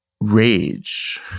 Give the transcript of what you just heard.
rage